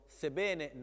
sebbene